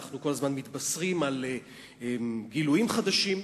אנחנו כל הזמן מתבשרים על גילויים חדשים,